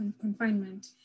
confinement